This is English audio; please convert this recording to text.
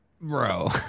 bro